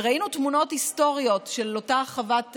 וראינו תמונות היסטוריות של אותה חוות מכלים.